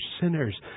sinners